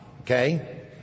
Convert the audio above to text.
Okay